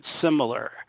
similar